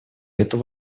эту